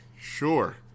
sure